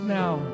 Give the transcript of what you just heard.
now